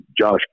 Josh